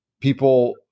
people